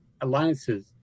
alliances